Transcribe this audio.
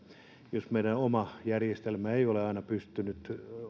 jos meidän oma järjestelmämme ei ole aina pystynyt